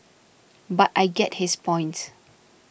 but I get his points